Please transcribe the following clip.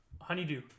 Honeydew